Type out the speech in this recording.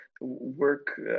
work